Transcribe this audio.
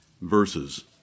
verses